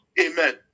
Amen